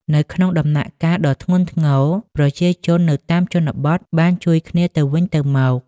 នៅក្នុងដំណាក់កាលដ៏ធ្ងន់ធ្ងរ ប្រជាជននៅតាមជនបទបានជួយគ្នាទៅវិញទៅមក។